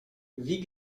wie